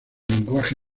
lenguaje